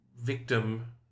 victim